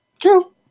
True